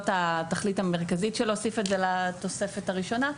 התכלית המרכזית של להוסיף את זה לתוספת הראשונה.